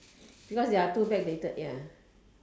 because they are too backdated ya